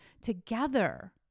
together